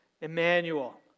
Emmanuel